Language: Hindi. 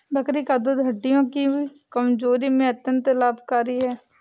बकरी का दूध हड्डियों की कमजोरी में अत्यंत लाभकारी है